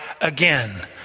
again